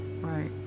Right